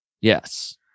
yes